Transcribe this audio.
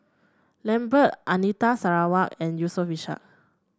Lambert Anita Sarawak and Yusof Ishak